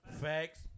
facts